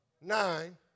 nine